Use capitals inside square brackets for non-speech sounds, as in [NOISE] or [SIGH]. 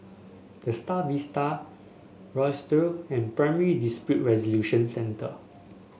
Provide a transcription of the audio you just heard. The Star Vista [UNINTELLIGIBLE] and Primary Dispute Resolution Centre